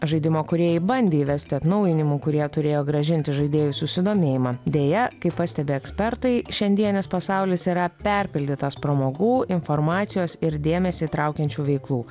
žaidimo kūrėjai bandė įvesti atnaujinimų kurie turėjo grąžinti žaidėjų susidomėjimą deja kaip pastebi ekspertai šiandienis pasaulis yra perpildytas pramogų informacijos ir dėmesį traukiančių veiklų